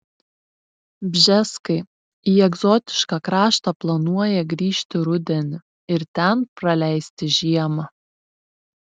bžeskai į egzotišką kraštą planuoja grįžti rudenį ir ten praleisti žiemą